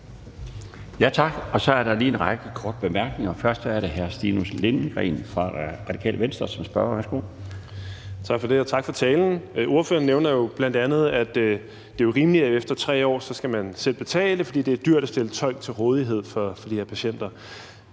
Tak. Så er der lige en række korte bemærkninger, og først er det hr. Stinus Lindgreen fra Radikale Venstre som spørger. Værsgo. Kl. 13:17 Stinus Lindgreen (RV): Tak for det, og tak for talen. Ordføreren nævner jo bl.a., at det er rimeligt, at man efter 3 år så selv skal betale, fordi det er dyrt at stille en tolk til rådighed for de her patienter.